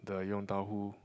the Yong-Tau-Foo